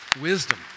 wisdom